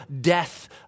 death